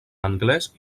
anglés